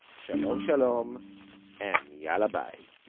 shalom shalom and yalla bye